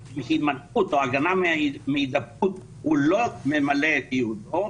הימנעות או הגנה מהידבקות הוא לא ממלא את ייעודו,